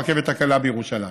ברכבת הקלה בירושלים.